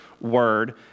word